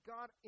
God